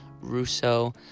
russo